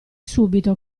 subito